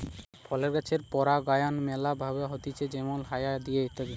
ফলের গাছের পরাগায়ন ম্যালা ভাবে হতিছে যেমল হায়া দিয়ে ইত্যাদি